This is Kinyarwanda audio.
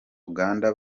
uganda